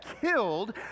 killed